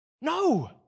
no